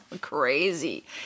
crazy